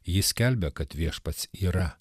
jis skelbia kad viešpats yra